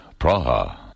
Praha